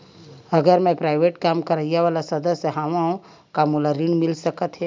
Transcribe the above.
अगर मैं प्राइवेट काम करइया वाला सदस्य हावव का मोला ऋण मिल सकथे?